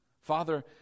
Father